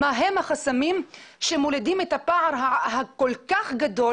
מהם החסמים שמולידים את הפער הגדול הזה